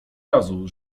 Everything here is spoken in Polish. razu